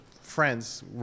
friends